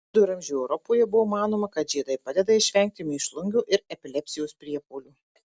viduramžių europoje buvo manoma kad žiedai padeda išvengti mėšlungio ir epilepsijos priepuolių